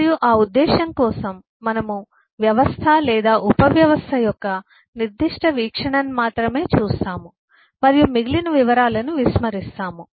మరియు ఆ ఉద్దేశం కోసం మనము వ్యవస్థ లేదా ఉపవ్యవస్థ యొక్క నిర్దిష్ట వీక్షణను మాత్రమే చూస్తాము మరియు మిగిలిన వివరాలను విస్మరిస్తాము